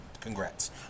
congrats